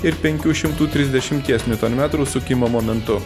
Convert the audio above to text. ir penkių šimtų trisdešimties niutonmetrų sukimo momentu